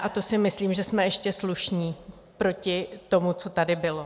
A to si myslím, že jsme ještě slušní proti tomu, co tady bylo.